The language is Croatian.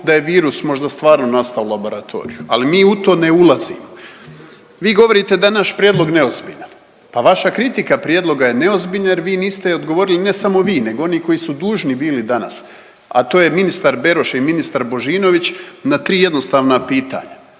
da je virus možda stvarno nastao u laboratoriju, ali mi u to ne ulazimo. Vi govorite da je naš prijedlog neozbiljan, pa vaša kritika prijedloga je neozbiljna jer vi niste odgovorili, ne samo vi nego oni koji su dužni bili danas, a to je ministar Beroš i ministar Božinović, na tri jednostavna pitanja.